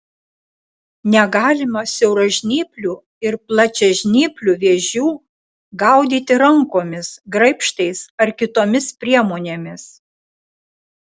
negalima siauražnyplių ir plačiažnyplių vėžių gaudyti rankomis graibštais ar kitomis priemonėmis